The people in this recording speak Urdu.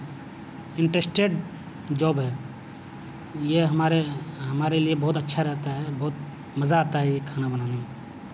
انٹرسٹیڈ جاب ہے یہ ہمارے ہمارے لیے بہت اچھا رہتا ہے بہت مزہ آتا ہے یہ کھانا بنانے میں